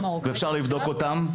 ואפשר לבדוק אותן,